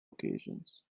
occasions